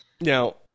Now